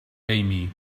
amy